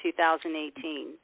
2018